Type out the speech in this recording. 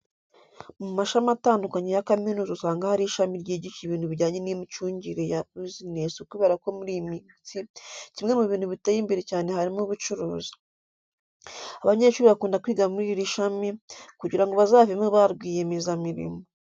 Mu mashami atandukanye ya kaminuza usanga hari ishami ryigisha ibintu bijyanye n'imicungire ya business kubera ko muri iyi minsi kimwe mu bintu biteye imbere cyane harimo ubucuruzi. Abanyeshuri bakunda kwiga muri iri shami kugira ngo bazavemo ba rwiyemezamirimo.